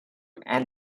and